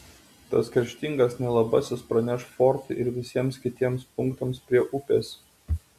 tas kerštingas nelabasis praneš fortui ir visiems kitiems punktams prie upės